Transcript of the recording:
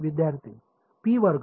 विद्यार्थीः पी वर्ग